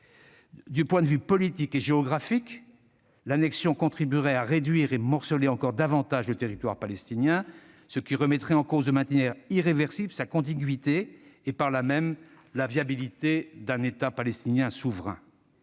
Du point de vue politique et géographique, l'annexion contribuerait à réduire et à morceler encore davantage le territoire palestinien, ce qui remettrait en cause de manière irréversible sa contiguïté et, par là même, la viabilité d'un État palestinien souverain.